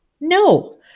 No